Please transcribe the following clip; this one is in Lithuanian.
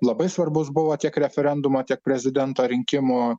labai svarbus buvo tiek referendumo tiek prezidento rinkimų